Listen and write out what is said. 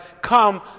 come